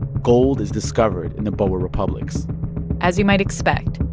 gold is discovered in the boer republics as you might expect,